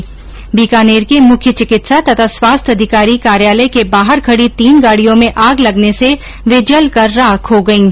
् बीकानेर के मुख्य चिकित्सा तथा स्वास्थ्य अधिकारी कार्यालय के बाहर खडी तीन गाडियों में आग लगने से वे जलकर राख हो गयीं